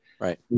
Right